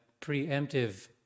preemptive